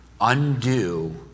undo